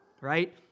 right